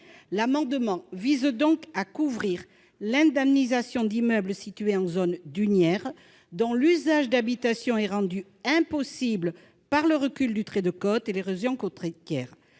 amendement vise donc à couvrir l'indemnisation d'immeubles situés en zone dunaire dont l'usage d'habitation est rendu impossible par le recul du trait de côte et l'érosion côtière.